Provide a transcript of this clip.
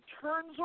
turns